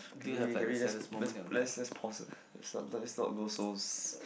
can we can we just let's let's let's pause it let it not go so